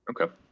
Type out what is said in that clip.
okay